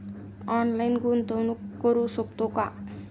Online गुंतवणूक करू शकतो का?